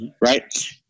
Right